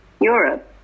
Europe